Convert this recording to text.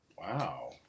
Wow